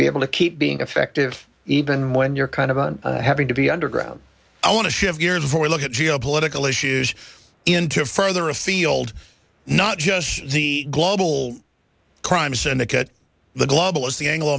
be able to keep being effective even when you're kind of having to be underground i want to shift gears for a look at geopolitical issues into further afield not just the global crime syndicate the global as the anglo